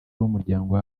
w’umuryango